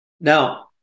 Now